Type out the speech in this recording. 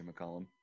McCollum